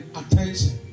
attention